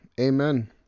Amen